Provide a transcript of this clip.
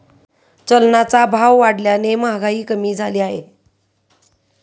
चलनाचा भाव वाढल्याने महागाई कमी झाली आहे